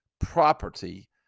property